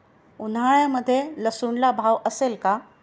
उन्हाळ्यामध्ये लसूणला भाव असेल का?